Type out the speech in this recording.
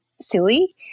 silly